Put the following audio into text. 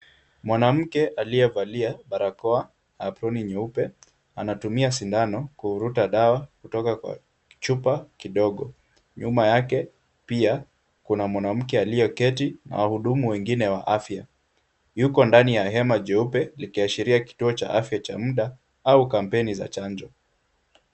Mwanamke aliyevalia barakoa na aproni nyeupe anatumia sindano kuvuruta dawa kutoka kwa chupa kidogo. Nyuma yake pia kuna mwanamke aliyeketi na wahudumu wengine wa afya. Yuko ndani ya hema jeupe likiashiria kituo cha afya cha muda au kampeni za chanjo.